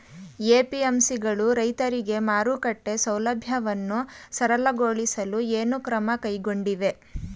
APMC ಗಳು ರೈತರಿಗೆ ಮಾರುಕಟ್ಟೆ ಸೌಲಭ್ಯವನ್ನು ಸರಳಗೊಳಿಸಲು ಏನು ಕ್ರಮ ಕೈಗೊಂಡಿವೆ?